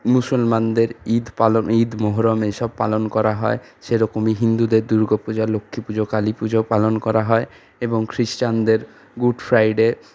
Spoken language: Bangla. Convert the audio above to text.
মুসলমানদের ঈদ পালন ঈদ মহরম এইসব পালন করা হয় সেরকমই হিন্দুদের দুর্গাপুজো লক্ষ্মীপুজো কালীপুজো পালন করা হয় এবং খ্রিষ্টানদের গুড ফ্রাইডে